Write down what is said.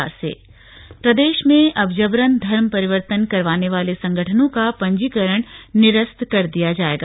मंत्रिपरिषद बैठक प्रदेश में अब जबरन धर्म परिवर्तन करवाने वाले संगठनों का पंजीकरण निरस्त कर दिया जाएगा